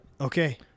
Okay